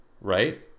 Right